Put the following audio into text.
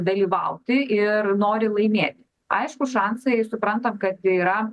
dalyvauti ir nori laimėti aišku šansai suprantam kad yra